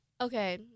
Okay